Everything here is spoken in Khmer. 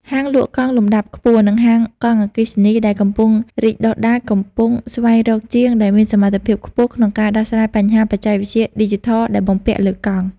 ហាងលក់កង់លំដាប់ខ្ពស់ និងហាងកង់អគ្គិសនីដែលកំពុងរីកដុះដាល កំពុងស្វែងរកជាងដែលមានសមត្ថភាពខ្ពស់ក្នុងការដោះស្រាយបញ្ហាបច្ចេកវិទ្យាឌីជីថលដែលបំពាក់លើកង់។